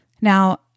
Now